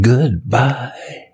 Goodbye